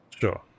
sure